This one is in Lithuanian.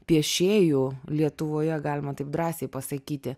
piešėjų lietuvoje galima taip drąsiai pasakyti